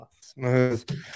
smooth